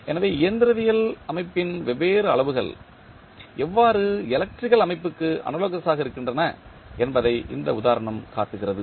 எனவே இயந்திரவியல் அமைப்பின் வெவ்வேறு அளவுகள் எவ்வாறு எலக்ட்ரிக்கல் அமைப்புக்கு அனாலோகஸ் ஆக இருக்கின்றன என்பதை இந்த உதாரணம் காட்டுகிறது